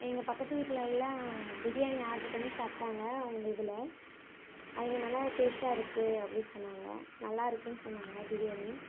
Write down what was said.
எங்கள் பக்கத்து வீட்டில் எல்லாம் பிரியாணி ஆட்ரு பண்ணி சாப்பிட்டாங்க உங்கள் இதில் அவங்க நல்லா டேஸ்ட்டாக இருக்குது அப்படினு சொன்னாங்க நல்லா இருக்குனு சொன்னாங்க பிரியாணி